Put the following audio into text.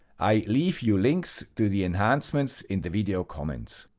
i leave you links to the enhancements in the video comments.